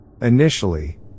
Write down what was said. Initially